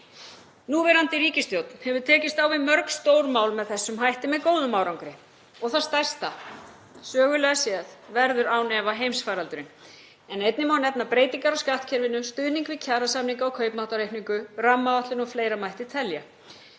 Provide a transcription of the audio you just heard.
Núverandi ríkisstjórn hefur tekist á við mörg stórmál með þessum hætti með góðum árangri. Það stærsta, sögulega séð, verður án efa heimsfaraldurinn en einnig má nefna breytingar á skattkerfinu, stuðning við kjarasamninga og kaupmáttaraukningu, rammaáætlun og fleira mætti telja.